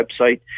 website